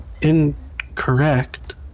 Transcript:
incorrect